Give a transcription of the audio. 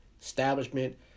establishment